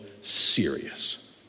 serious